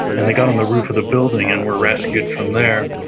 and they got on the roof of the building and were rescued from there.